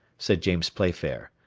said james playfair,